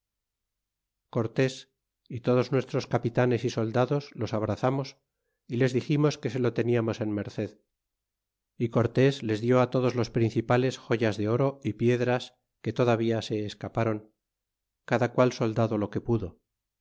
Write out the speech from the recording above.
y todos nuestros capitanes y soldados los abrazamos y les diximos que se lo teníamos en merced y cortés les diú todos los principales joyas de oro y piedras que todavía se escapüron cada qual soldado lo que pudo